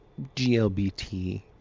GLBT